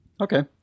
okay